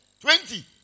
Twenty